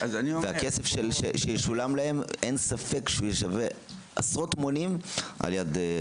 והכסף שישולם להם אין ספק שהוא יהיה שווה עשרות מונים במבחן התוצאה.